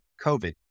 COVID